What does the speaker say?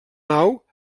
nau